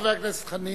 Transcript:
חבר הכנסת חנין.